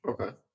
okay